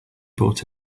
brought